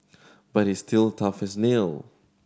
but he's still tough as nail